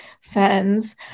fans